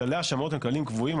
כללי השמאות הם כללים קבועים,